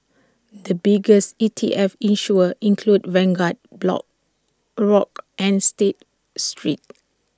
the biggest E T F issuers include Vanguard black Grock and state street